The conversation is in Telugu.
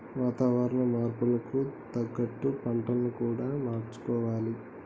వాతావరణ మార్పులకు తగ్గట్టు పంటలను కూడా మార్చుకోవాలి